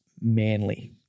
Manly